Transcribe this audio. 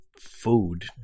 food